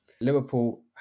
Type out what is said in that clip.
Liverpool